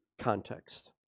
context